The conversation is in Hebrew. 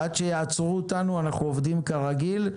עד שיעצרו אותנו עובדים כרגיל.